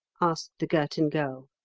asked the girton girl.